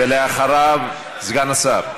אחריו, סגן השר.